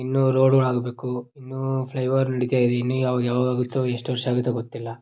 ಇನ್ನು ರೋಡುಗಳು ಆಗಬೇಕು ಇನ್ನೂ ಫ್ಲೈಒವರ್ ನಡಿತಾಯಿದೆ ಇನ್ನು ಯಾವಾಗ ಯಾವಾಗಾಗುತ್ತೋ ಎಷ್ಟು ವರ್ಷ ಆಗುತ್ತೋ ಗೊತ್ತಿಲ್ಲ